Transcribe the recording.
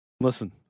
listen